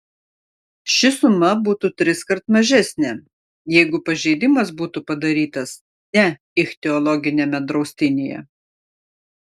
ši suma būtų triskart mažesnė jeigu pažeidimas būtų padarytas ne ichtiologiniame draustinyje